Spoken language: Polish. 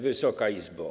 Wysoka Izbo!